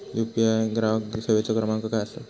UPI ग्राहक सेवेचो क्रमांक काय असा?